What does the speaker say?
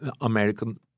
American